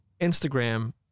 Instagram